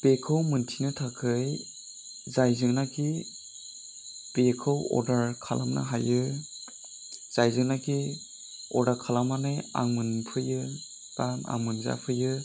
बेखौ मिन्थिनो थाखाय जायजोंनाखि बेखौ अर्डार खालामनो हायो जायजोंनाखि अर्डार खालामनानै आं मोनफैयो बा आं मोनजाफैयो